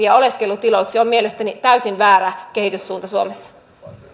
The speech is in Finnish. ja oleskelutiloiksi on mielestäni täysin väärä kehityssuunta suomessa